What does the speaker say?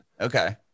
Okay